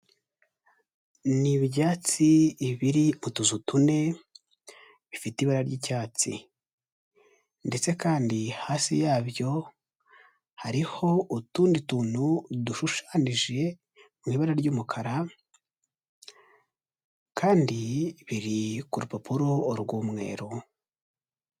Ni ibyatsi biri mu tuzu tune bifite ibara ry'icyatsi ndetse kandi hasi yabyo hariho utundi tuntu dushushanyije mu ibara ry'umukara kandi biri ku rupapuro rw'umweru.